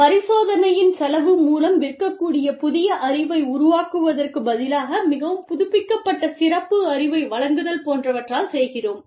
பரிசோதனையின் செலவு மூலம் விற்கக்கூடிய புதிய அறிவை உருவாக்குவதற்கு பதிலாக மிகவும் புதுப்பிக்கப்பட்ட சிறப்பு அறிவை வழங்குதல் போன்றவற்றால் செய்கிறோம்